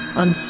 on